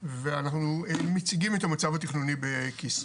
אנחנו נציג עכשיו את המצב התכנוני בכסרא-סמיע.